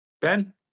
Ben